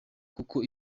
kuko